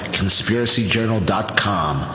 conspiracyjournal.com